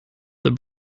this